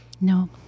No